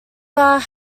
bagh